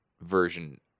version